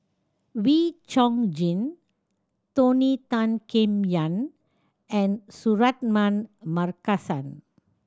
Wee Chong Jin Tony Tan Keng Yam and Suratman Markasan